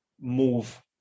move